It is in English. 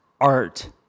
art